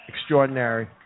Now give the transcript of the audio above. extraordinary